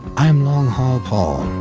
i'm long haul paul.